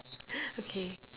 okay